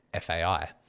FAI